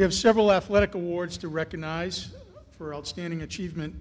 we have several athletic awards to recognize for outstanding achievement